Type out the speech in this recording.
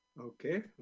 Okay